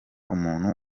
umuntu